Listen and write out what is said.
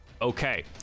Okay